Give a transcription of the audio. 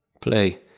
play